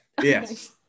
Yes